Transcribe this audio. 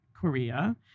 Korea